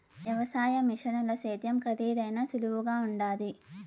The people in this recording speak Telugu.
వ్యవసాయ మిషనుల సేద్యం కరీదైనా సులువుగుండాది